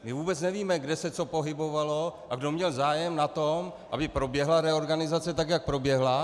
My vůbec nevíme, kde se co pohybovalo a kdo měl zájem na tom, aby proběhla reorganizace tak, jak proběhla.